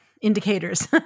indicators